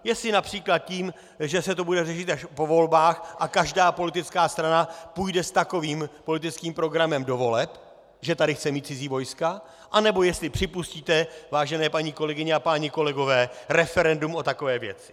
Jestli např. tím, že se to bude řešit až po volbách a každá politická strana půjde s takovým politickým programem do voleb, že tu chce mít cizí vojska, anebo jestli připustíte, vážené paní kolegyně a páni kolegové, referendum o takové věci.